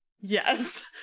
yes